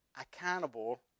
accountable